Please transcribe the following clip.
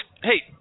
Hey